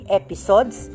episodes